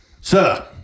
Sir